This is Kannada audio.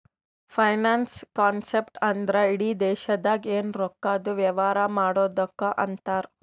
ಫೈನಾನ್ಸ್ ಕಾನ್ಸೆಪ್ಟ್ ಅಂದ್ರ ಇಡಿ ದೇಶ್ದಾಗ್ ಎನ್ ರೊಕ್ಕಾದು ವ್ಯವಾರ ಮಾಡದ್ದುಕ್ ಅಂತಾರ್